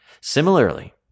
Similarly